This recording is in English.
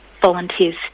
volunteers